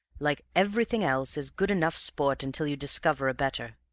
like everything else, is good enough sport until you discover a better.